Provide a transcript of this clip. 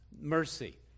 mercy